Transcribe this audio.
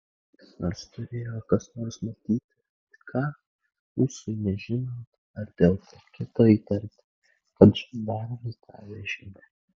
nors turėjo kas nors matyti ką ūsui nežinant ar dėl ko kito įtarti kad žandarams davė žinią